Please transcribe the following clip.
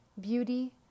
beauty